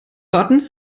raten